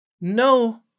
no